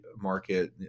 market